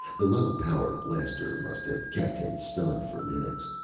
the low-power blaster must have kept him stunned for minutes.